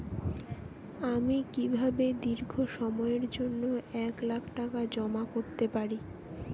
আমি কিভাবে দীর্ঘ সময়ের জন্য এক লাখ টাকা জমা করতে পারি?